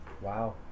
Wow